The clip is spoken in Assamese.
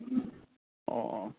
অঁ অঁ